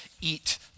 eat